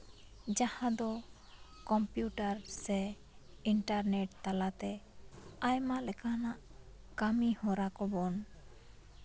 ᱡᱟᱦᱟᱸ ᱫᱚ ᱠᱚᱢᱯᱤᱭᱩᱴᱟᱨ ᱥᱮ ᱤᱱᱴᱟᱨᱱᱮᱴ ᱛᱟᱞᱟᱛᱮ ᱟᱭᱢᱟ ᱞᱮᱠᱟᱱᱟᱜ ᱠᱟ ᱢᱤ ᱦᱚᱨᱟ ᱠᱚᱵᱚᱱ